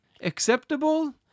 acceptable